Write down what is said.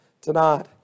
tonight